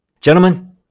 Gentlemen